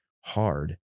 hard